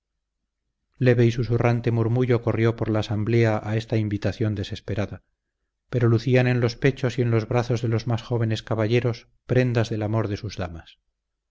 leve y susurrante murmullo corrió por la asamblea a esta invitación desesperada pero lucían en los pechos y en los brazos de los más jóvenes caballeros prendas del amor de sus damas